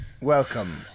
welcome